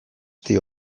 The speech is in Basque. dira